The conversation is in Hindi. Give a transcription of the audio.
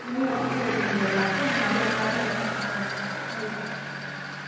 नहीं अच्छा होटल मिलेगा आपको हमारे बनारस में अच्छा खासा होटल है मिल जाएगा आपको रहने के लिए